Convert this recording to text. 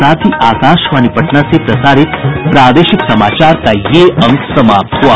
इसके साथ ही आकाशवाणी पटना से प्रसारित प्रादेशिक समाचार का ये अंक समाप्त हुआ